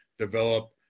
develop